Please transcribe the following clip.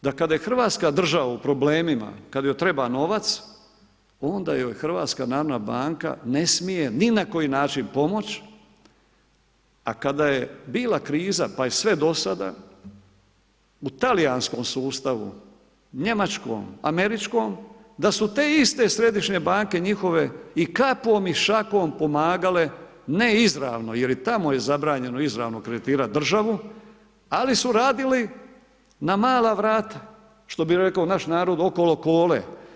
Kako to da kada je Hrvatska država u problemima, kada joj treba novac, onda joj HNB ne smije ni na koji način pomoći a kada je bila kriza pa i sve do sada u talijanskom sustavu, njemačkom, američkom, da su te iste središnje banke njihove i kapom i šakom pomagale ne izravno jer i tamo je zabranjeno izravno kreditirati državu ali su radili na mala vrata, što bi rekao naš narod okolo kole.